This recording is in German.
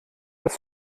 das